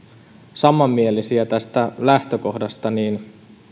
samanmielisiä tästä lähtökohdasta niin